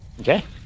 Okay